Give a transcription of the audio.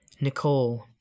Nicole